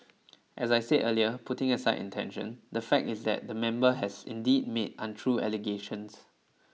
as I said earlier putting aside intention the fact is that the member has indeed made untrue allegations